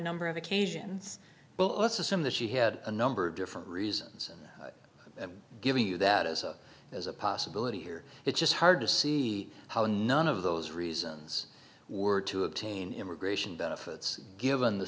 number of occasions but let's assume that she had a number of different reasons i'm giving you that as a as a possibility here it's just hard to see how none of those reasons were to obtain immigration benefits given the